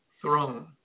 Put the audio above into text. throne